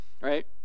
Right